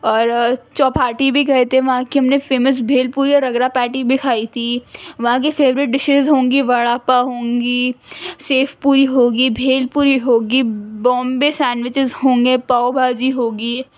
اور چوپاٹی بھی گئے تھے وہاں کی ہم نے فیمس بھیل پوری اور رگرا پاٹی بھی کھائی تھی وہاں کی فیوریٹ ڈشیز ہوں گی وڑا پاؤ ہوں گی سیف پوری ہوگی بھیل پوری ہوگی بامبے سینڈویچز ہوں گے پاؤ بھاجی ہوگی